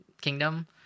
kingdom